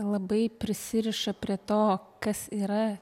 labai prisiriša prie to kas yra